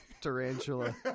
Tarantula